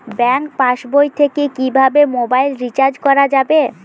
Bank পাশবই থেকে কিভাবে মোবাইল রিচার্জ করা যাবে?